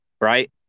right